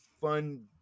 fun